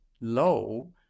low